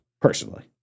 personally